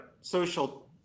social